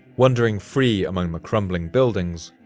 wandering free among the crumbling buildings,